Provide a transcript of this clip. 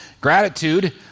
gratitude